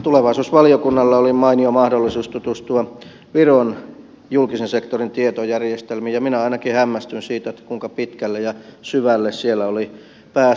tulevaisuusvaliokunnalla oli mainio mahdollisuus tutustua viron julkisen sektorin tietojärjestelmiin ja minä ainakin hämmästyin siitä kuinka pitkälle ja syvälle siellä oli päästy